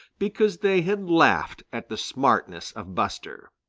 because they had laughed at the smartness of buster.